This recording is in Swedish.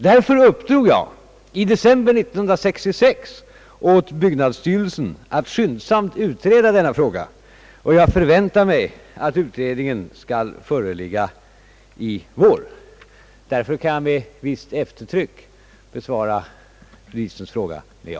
Därför uppdrog jag i december 1966 åt byggnadsstyrelsen att skyndsamt utreda denna fråga, och jag förväntar mig att utredningen skall föreligga i vår. Jag kan sålunda med visst eftertryck besvara fru Diesens fråga med ja.